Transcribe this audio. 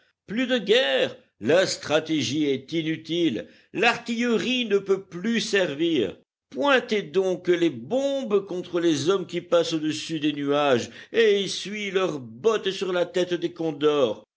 plus de guerre la stratégie est inutile l'artillerie ne peut plus servir pointez donc les bombes contre les hommes qui passent au-dessus des nuages et essuient leurs bottes sur la tête des condors